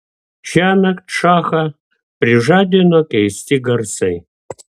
šiąnakt šachą prižadino keisti garsai